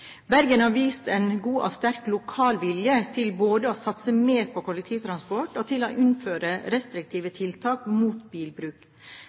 Bergen har vist en god og sterk lokal vilje til både å satse mer på kollektivtransport og til å innføre restriktive tiltak mot bilbruk.